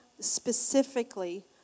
specifically